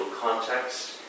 context